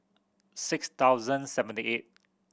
six thousand seventy eight